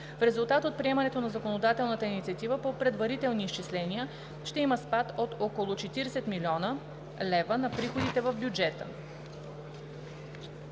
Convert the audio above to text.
В резултат от приемането на законодателната инициатива по предварителни изчисления ще има спад от около 40 млн. лв. на приходите в бюджета.